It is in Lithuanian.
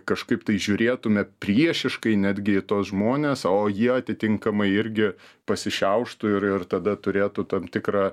kažkaip tai žiūrėtume priešiškai netgi į tuos žmones o jie atitinkamai irgi pasišiauštų ir ir tada turėtų tam tikrą